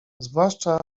zwłaszcza